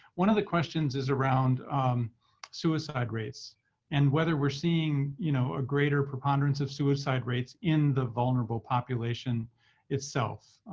one of the questions is around suicide rates and whether we're seeing you know a greater preponderance of suicide rates in the vulnerable population itself.